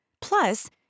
Plus